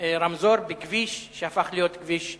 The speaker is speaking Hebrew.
רמזור בכביש שהפך להיות כביש ראשי,